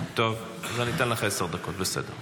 טוב, אז אני אתן לך עשר דקות, בסדר.